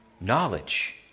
knowledge